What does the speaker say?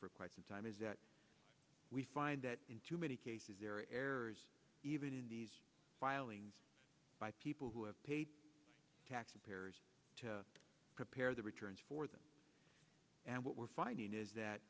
for quite some time is that we find that in too many cases there are errors even in these filings by people who have paid tax in paris to prepare their returns for them and what we're finding is that